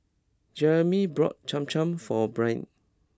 Jeremey brought Cham Cham for Brynn